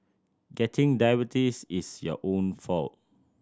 getting diabetes is your own fault